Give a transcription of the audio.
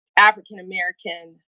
African-American